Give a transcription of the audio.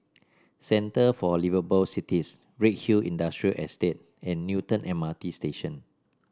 centre for Liveable Cities Redhill Industrial Estate and Newton M R T Station